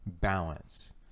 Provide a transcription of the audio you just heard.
balance